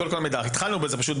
התחלנו בזה,